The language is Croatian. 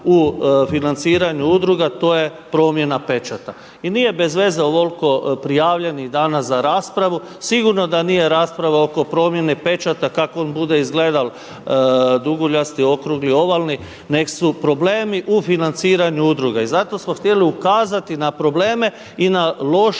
u financiranju udruga, to je promjena pečata. I nije bez veze ovoliko prijavljenih danas za raspravu, sigurno da nije rasprava oko promjene pečata kako on bude izgledao, duguljasti, okrugli, ovalni nego su problemi u financiranju udruga. I zato smo htjeli ukazati na probleme i na lošu